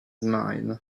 mine